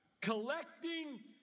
collecting